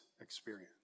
experience